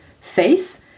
face